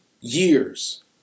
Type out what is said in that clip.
years